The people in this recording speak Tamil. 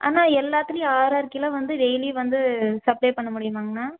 அண்ணா எல்லாத்துலேயும் ஆறு ஆறு கிலோ வந்து டெய்லி வந்து சப்ளை பண்ண முடியுமாங்ண்ணா